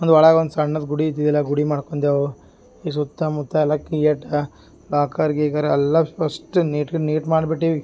ಒಂದು ಒಳಗೆ ಒಂದು ಸಣ್ಣದು ಗುಡಿ ಇದ್ದಿದಿಲ್ಲ ಗುಡಿ ಮಾಡ್ಕೊಂಡೆವು ಇ ಸುತ್ತ ಮುತ್ತ ಅಲ ಕೀಯಟ ಲಾಕರ್ ಗಿಕರ್ ಎಲ್ಲ ಫಸ್ಟ್ ನೀಟ್ಗೆ ನೀಟ್ ಮಾಡಿಬಿಟ್ಟೀವಿ